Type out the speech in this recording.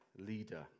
leader